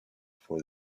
for